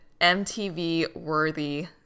MTV-worthy